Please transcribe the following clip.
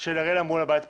של אריאלה מול הבית הפתוח.